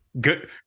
Good